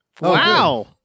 Wow